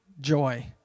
joy